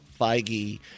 Feige